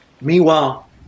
Meanwhile